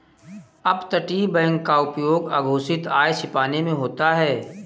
अपतटीय बैंक का उपयोग अघोषित आय छिपाने में होता है